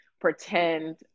pretend